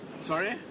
Sorry